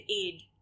aid